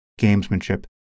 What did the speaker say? gamesmanship